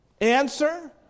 Answer